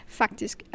faktisk